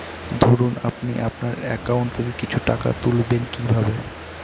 ধরুন আপনি আপনার একাউন্ট থেকে কিছু টাকা তুলবেন কিভাবে?